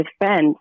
defense